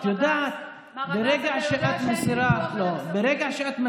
את יודעת, ברגע שאת מסירה חסמים,